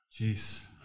Jeez